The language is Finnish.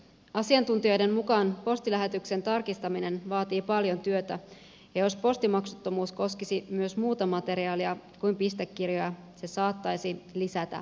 asiantuntijoiden mukaan postilähetysten tarkistaminen vaatii paljon työtä ja jos postimaksuttomuus koskisi myös muuta materiaalia kuin pistekirjoja se saattaisi lisätä väärinkäyttöä